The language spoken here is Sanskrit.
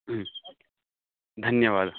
धन्यवादः